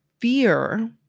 fear